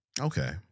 Okay